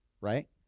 Right